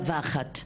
ומדווחת.